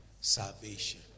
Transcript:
salvation